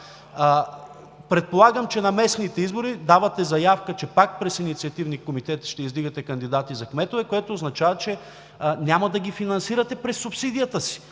заявка, че на местните избори пак през инициативни комитети ще издигате кандидати за кметове, което означава, че няма да ги финансирате през субсидията си.